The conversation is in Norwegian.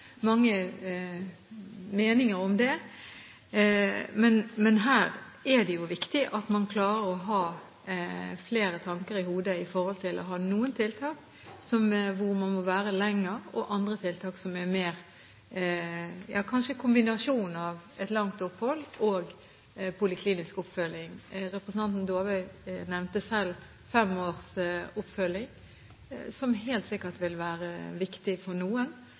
mange meninger om det. Men her er det viktig at man klarer å ha flere tanker i hodet i forhold til at man har noen tiltak hvor man kan være lenge, og andre tiltak som kanskje mer er en kombinasjon av et langt opphold og en poliklinisk oppfølging. Representanten Dåvøy nevnte selv fem års oppfølging, noe som helt sikkert vil være viktig for noen.